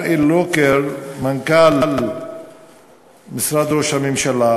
הראל לוקר, מנכ"ל משרד ראש הממשלה,